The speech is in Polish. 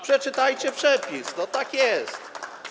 Przeczytajcie przepis, no tak jest.